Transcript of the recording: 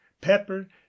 pepper